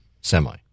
semi